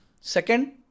Second